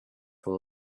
will